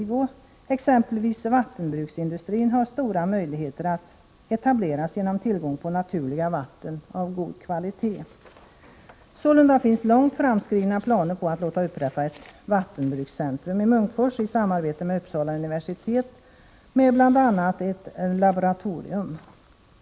Vidare har exempelvis vattenbruksindustrin stora möjligheter att etableras genom tillgång på naturliga vatten av god kvalitet. Sålunda finns det långt framskridna planer på att låta upprätta ett vattenbrukscentrum i Munkfors i samarbete med Uppsala universitet, med bl.a. ett laboratorium.